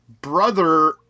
brother